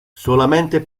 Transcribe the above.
solamente